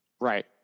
Right